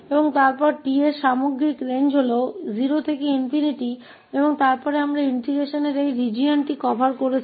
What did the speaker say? और फिर 𝑡 के लिए समग्र सीमा 0 से ∞ है और फिर हम एकीकरण के इस क्षेत्र को कवर कर रहे हैं